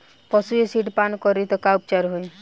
पशु एसिड पान करी त का उपचार होई?